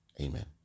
amen